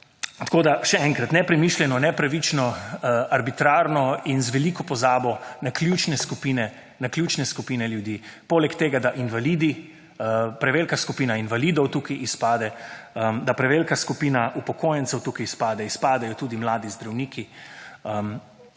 nihče. Še enkrat, nepremišljeno, nepravično, arbitrarno in z veliko pozabo naključne skupine ljudi. Poleg tega, da invalidi, prevelika skupina invalidov tukaj izpade, da prevelika skupina upokojencev tukaj izpade, izpadajo tudi mladi zdravniki.